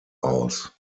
aus